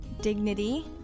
dignity